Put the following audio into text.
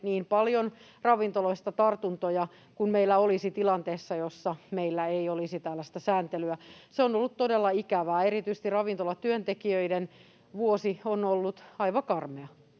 ei ole ravintoloista tartuntoja niin paljon kuin meillä olisi tilanteessa, jossa meillä ei olisi tällaista sääntelyä. Se on ollut todella ikävää. Erityisesti ravintolatyöntekijöiden vuosi on ollut aivan karmea,